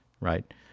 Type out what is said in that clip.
right